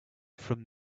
from